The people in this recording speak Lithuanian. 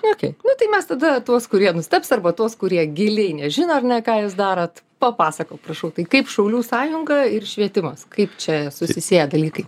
kokį nu tai mes tada tuos kurie nustebs arba tuos kurie giliai nežino ar ne ką jūs darot papasakok prašau tai kaip šaulių sąjunga ir švietimas kaip čia susisieja dalykai